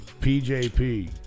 PJP